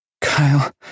Kyle